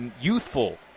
youthful